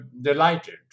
delighted